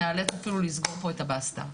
נאלץ אפילו לסגור פה את הבסטה,